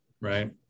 right